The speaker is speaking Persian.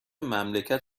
مملکت